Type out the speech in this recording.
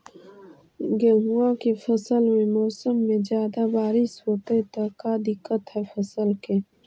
गेहुआ के फसल के मौसम में ज्यादा बारिश होतई त का दिक्कत हैं फसल के?